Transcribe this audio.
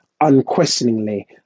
unquestioningly